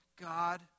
God